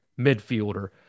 midfielder